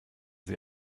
sie